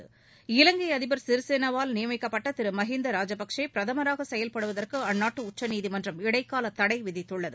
சிறிசேனாவால் இலங்கை அதிபர் நியமிக்கப்பட்ட திரு மஹிந்தா ராஜபக்சே பிரதமராக செயல்படுவதற்கு அந்நாட்டு உச்சநீதிமன்றம் இடைக்கால தடை விதித்துள்ளது